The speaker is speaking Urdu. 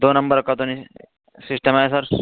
دو نمبر کا تو نہیں سسٹم ہے سر